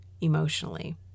emotionally